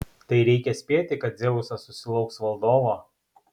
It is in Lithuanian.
tai reikia spėti kad dzeusas susilauks valdovo